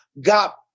got